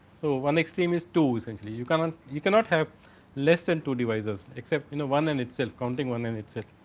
so, one extreme is two essentially. you cannot you cannot have less than two devices except you know one and itself counting one and itself.